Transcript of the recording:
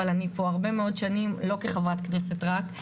אבל אני פה הרבה מאוד שנים לא כחברת כנסת רק,